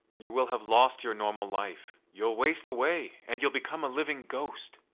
you will have lost your normal life you'll waste away, and you'll become a living ghost.